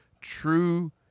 true